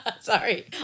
Sorry